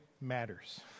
matters